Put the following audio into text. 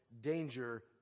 Danger